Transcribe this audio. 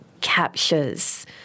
captures